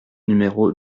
numéro